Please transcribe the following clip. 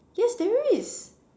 yes there is